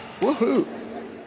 Woohoo